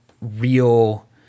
real